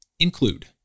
include